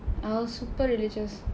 I was super religious